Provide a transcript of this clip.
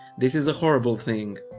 this is a horrible thing.